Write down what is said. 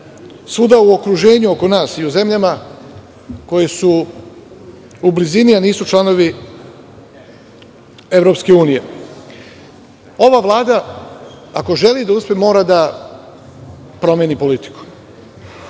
svuda u okruženju oko nas, i u zemljama koje su blizini, a nisu članovi EU. Ova Vlada ako želi da uspe mora da promeni politiku. Što